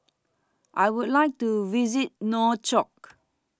I Would like to visit Nouakchott